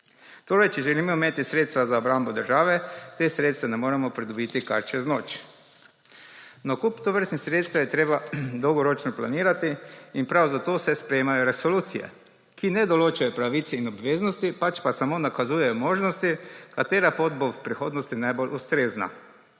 Torej, če želimo imeti sredstva za obrambo države, teh sredstev ne moremo pridobiti kar čez noč. Nakup tovrstnih sredstev je treba dolgoročno planirati in prav zato se sprejemajo resolucije, ki ne določajo pravice in obveznosti, pač pa samo nakazujejo možnosti, katera pot bo v prihodnosti najbolj ustrezna.